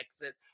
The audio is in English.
exit